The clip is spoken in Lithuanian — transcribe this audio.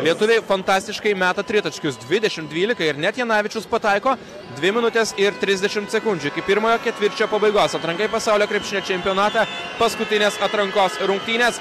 lietuviai fantastiškai meta tritaškius dvydešimt dvylika ir net janavičius pataiko dvi minutės ir trisdešimt sekundžių iki pirmojo ketvirčio pabaigos atranka į pasaulio krepšinio čempionatą paskutinės atrankos rungtynės